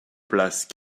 places